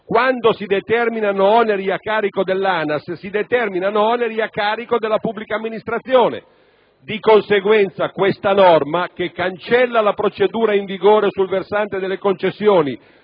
quando si determinano oneri a carico dell'ANAS, si determinano oneri a carico della pubblica amministrazione. Di conseguenza, questa norma, che cancella la procedura in vigore sul versante delle concessioni